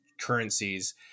currencies